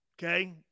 Okay